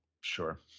Sure